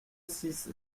six